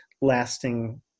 lasting